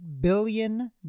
billion